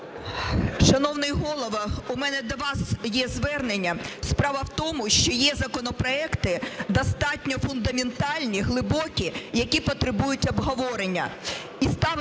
Шановний Голово, у мене до вас є звернення. Справа в тому, що є законопроекти достатньо фундаментальні, глибокі, які потребують обговорення.